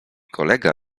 kolega